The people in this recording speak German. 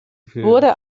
wurde